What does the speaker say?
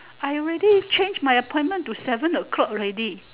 I already change my appointment to seven o-clock already